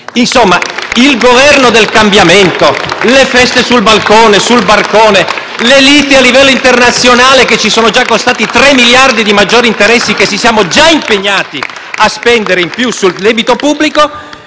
Insomma, il Governo del cambiamento, le feste sul balcone e sul barcone, le liti a livello internazionale che si sono già costate 3 miliardi di maggiori interessi che ci siamo già impegnati a spendere in più sul debito pubblico,